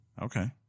okay